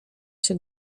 się